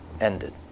ended